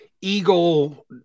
Eagle